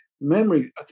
memory